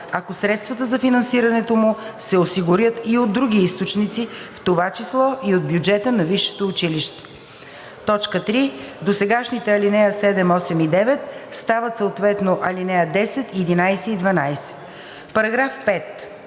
ако средствата за финансирането му се осигурят и от други източници, в това число и от бюджета на висшето училище.“ 3. Досегашните ал. 7, 8 и 9 стават съответно ал. 10, 11 и 12. Комисията